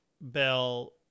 Bell